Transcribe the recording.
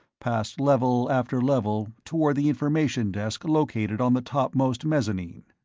past level after level, toward the information desk located on the topmost mezzanine.